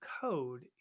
code